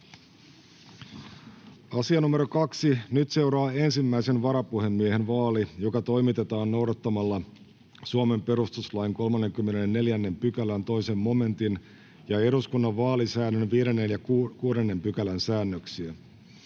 asiana on ensimmäisen varapuhemiehen vaali, joka toimitetaan noudattamalla Suomen perustuslain 34 §:n 2 momentin ja eduskunnan vaalisäännön 5 ja 6 §:n säännöksiä.